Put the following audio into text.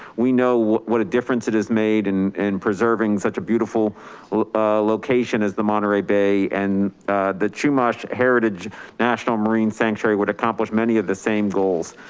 we know what a difference it has made in and preserving such a beautiful location as the monterey bay and the chumash heritage national marine sanctuary would accomplish many of the same goals.